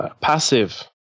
passive